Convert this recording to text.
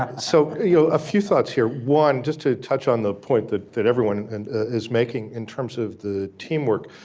so you know a few thoughts here, one just to touch on the point that that everyone and is making in terms of the teamwork.